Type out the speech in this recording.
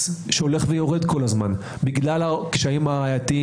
והוא הולך ויורד כל הזמן בגלל הקשיים הראייתיים,